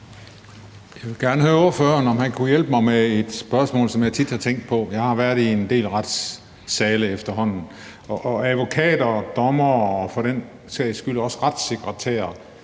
Jeg vil gerne høre ordføreren, om han kunne hjælpe mig med et spørgsmål, som jeg tit har tænkt på. Jeg har været i en del retssale efterhånden, og advokater og dommere og for den sags skyld også retssekretærer